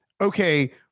okay –